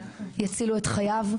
יצילו את חייו.